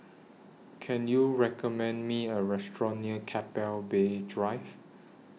Can YOU recommend Me A Restaurant near Keppel Bay Drive